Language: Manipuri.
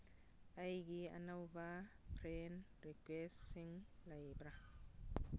ꯑꯩꯒꯤ ꯑꯅꯧꯕ ꯐ꯭ꯔꯦꯟ ꯔꯤꯀ꯭ꯋꯦꯁꯁꯤꯡ ꯂꯩꯕ꯭ꯔꯥ